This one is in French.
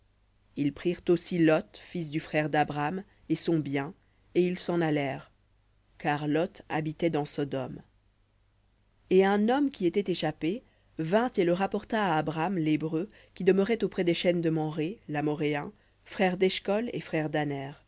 ils prirent aussi lot fils du frère d'abram et son bien et ils s'en allèrent car habitait dans sodome et un homme qui était échappé vint et le rapporta à abram l'hébreu qui demeurait auprès des chênes de mamré l'amoréen frère d'eshcol et